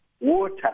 water